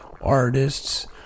artists